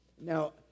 Now